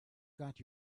got